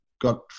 got